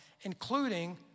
including